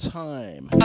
time